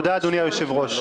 תודה אדוני היושב-ראש.